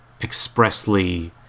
expressly